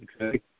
okay